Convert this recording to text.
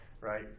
right